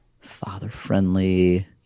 Father-friendly